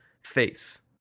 face